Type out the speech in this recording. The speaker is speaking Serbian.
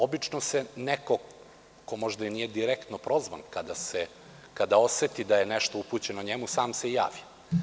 Obično se neko ko možda i nije direktno prozvan, kada oseti da je nešto upućeno njemu, sam se i javi.